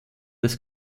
des